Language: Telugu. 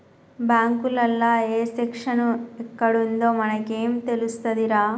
బాంకులల్ల ఏ సెక్షను ఎక్కడుందో మనకేం తెలుస్తదిరా